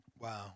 Wow